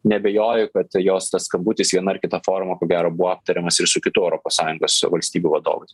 neabejoju kad jos tas skambutis viena ar kita forma ko gero buvo aptariamas ir su kitų europos sąjungos valstybių vadovais